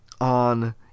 on